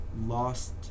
lost